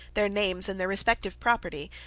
their names, and their respective property,